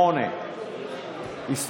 של קבוצת סיעת הליכוד, קבוצת סיעת ש"ס, קבוצת סיעת